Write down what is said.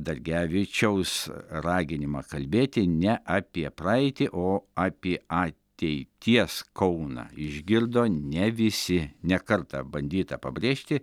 dargevičiaus raginimą kalbėti ne apie praeitį o apie ateities kauną išgirdo ne visi ne kartą bandyta pabrėžti